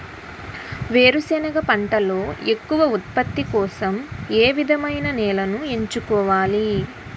వేరుసెనగ పంటలో ఎక్కువ ఉత్పత్తి కోసం ఏ విధమైన నేలను ఎంచుకోవాలి?